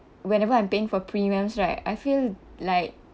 whenever I'm paying for premiums right I feel like